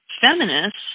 feminists